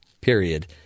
period